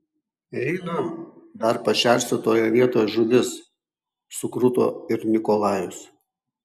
einu dar pašersiu toje vietoj žuvis sukruto ir nikolajus